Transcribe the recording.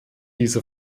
diese